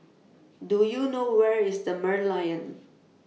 Do YOU know Where IS The Merlion